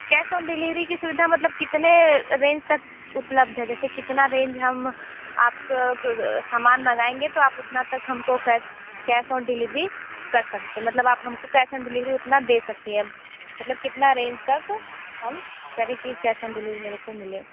cash on delivery की सुविधा मतलब कितने रेंज तक उपलब्ध है जैसे कितना रेंज हम आप समान मंगाएंगे तो आप उतना तक हमको कैश कैश ऑन डिलीवरी कर सकते मतलब आप हमको कैश ऑन डिलीवरी उतना दे सकती हैं मतलब कितना रेंज तक हम करें कि कैश ऑन डिलीवरी मेरे को मिले